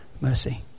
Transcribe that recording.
mercy